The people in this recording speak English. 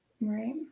Right